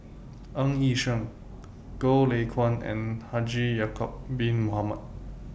Ng Yi Sheng Goh Lay Kuan and Haji Ya'Acob Bin Mohamed